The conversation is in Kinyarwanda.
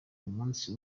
umunsi